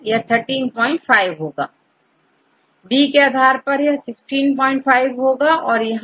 छात्र 135 B के आधार पर यह 16 5 होगा और यहां